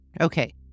Okay